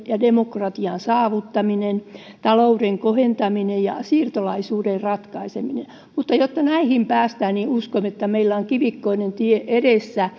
ja demokratian saavuttaminen talouden kohentaminen ja siirtolaisuuden ratkaiseminen mutta jotta näihin päästään uskon että meillä on kivikkoinen tie edessä